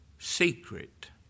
Secret